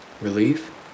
Relief